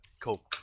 Cool